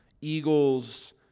Eagles